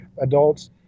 Adults